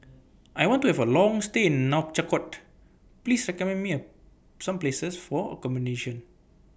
I want to Have A Long stay in Nouakchott Please recommend Me A Some Places For accommodation